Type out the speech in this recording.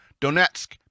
Donetsk